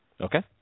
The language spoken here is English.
Okay